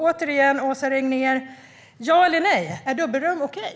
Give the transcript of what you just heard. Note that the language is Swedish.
Återigen, Åsa Regnér: Ja eller nej? Är dubbelrum okej?